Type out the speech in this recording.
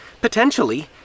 potentially